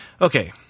Okay